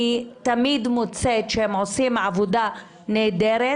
אני תמיד מוצאת שהם עושים עבודה נהדרת,